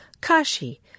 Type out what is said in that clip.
Kashi